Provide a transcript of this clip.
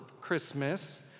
Christmas